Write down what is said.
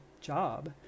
job